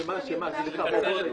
אני אומר לכם